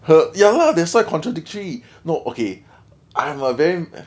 !huh! yah lah that's why contradictory no okay I'm a very